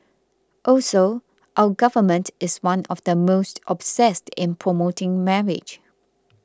also our Government is one of the most obsessed in promoting marriage